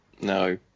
No